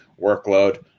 workload